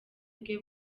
bwe